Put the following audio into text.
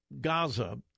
Gaza